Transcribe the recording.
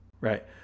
Right